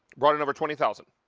brought in over twenty thousand.